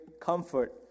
comfort